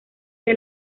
que